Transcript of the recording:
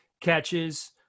catches